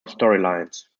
storylines